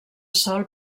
sòl